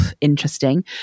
interesting